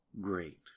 great